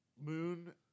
moon